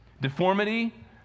deformity